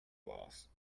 boss